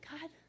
God